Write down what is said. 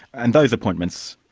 and those appointments,